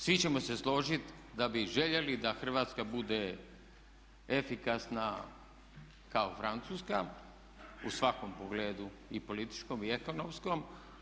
Svi ćemo se složiti da bi željeli da Hrvatska bude efikasna kao Francuska, u svakom pogledu, i političkom i ekonomskom.